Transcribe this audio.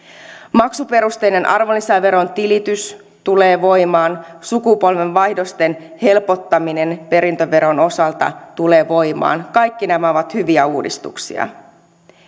maksuperusteinen arvonlisäveron tilitys tulee voimaan sukupolvenvaihdosten helpottaminen perintöveron osalta tulee voimaan kaikki nämä ovat hyviä uudistuksia